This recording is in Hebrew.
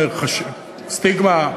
סטיגמה,